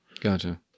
Gotcha